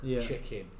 chicken